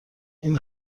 این